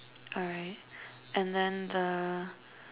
alright and then the